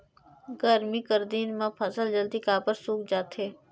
गरमी कर दिन म फसल जल्दी काबर सूख जाथे?